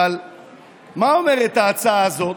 אבל מה אומרת ההצעה הזאת?